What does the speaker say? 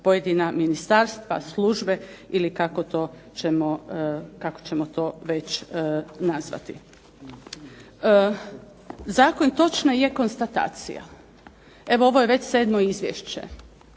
pojedina ministarstva, službe ili kako ćemo to već nazvati. Zato točno je konstatacija, ovo je već 7. izvješće